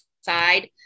side